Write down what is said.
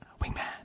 wingman